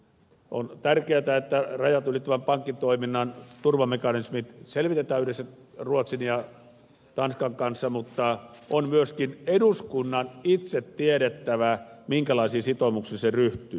on tärkeätä että rajat ylittävän pankkitoiminnan turvamekanismit selvitetään yhdessä ruotsin ja tanskan kanssa mutta on myöskin eduskunnan itse tiedettävä minkälaisiin sitoumuksiin se ryhtyy